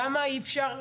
למה אי אפשר